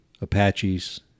Apaches